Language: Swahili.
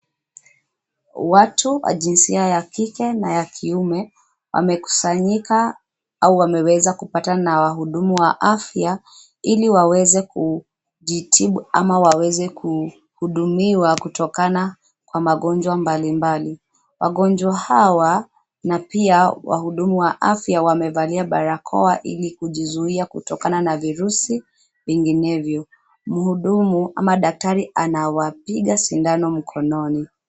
Watu wa jinsia ya kike na ya kiume wamekusanyika au wameweza kupatana na wahudumu wa afya, ili waweze kujitibu au waweze kuhudumiwa kutokana na magonjwa mbalimbali. Wagonjwa hawa na pia wahudumu wa afya wamevalia barakoa ili kujizua kutokana na virusi vinginevyo. Mhudumu ama daktari anawapiga sindano mkononi.